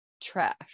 trash